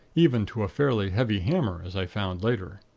even to a fairly heavy hammer, as i found later.